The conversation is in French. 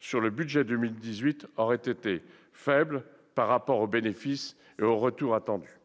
du budget pour 2018 aurait été faible par rapport au bénéfice et au retour attendus.